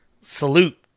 Salute